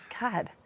God